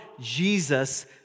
Jesus